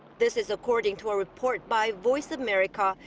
this is according to a report by voice of america,